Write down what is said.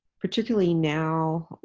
particularly now,